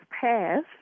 passed